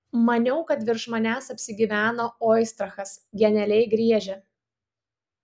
maniau kad virš manęs apsigyveno oistrachas genialiai griežia